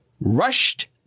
rushed